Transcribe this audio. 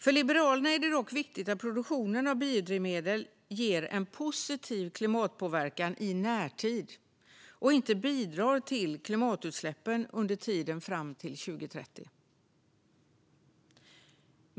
För Liberalerna är det dock viktigt att produktionen av biodrivmedel ger en positiv klimatpåverkan i närtid och inte bidrar till klimatutsläppen under tiden fram till 2030.